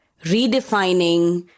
Redefining